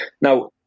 Now